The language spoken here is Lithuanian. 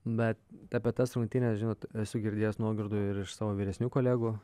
bet apie tas rungtynes žinot esu girdėjęs nuogirdų ir iš savo vyresnių kolegų